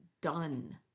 done